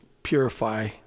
purify